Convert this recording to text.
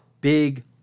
big